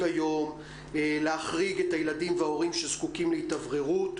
היום להחריג את הילדים וההורים שזקוקים להתאווררות,